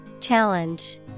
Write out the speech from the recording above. Challenge